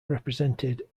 represented